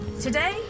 today